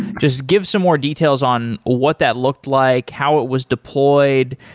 just give some more details on what that looked like, how it was deployed,